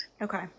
Okay